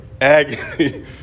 agony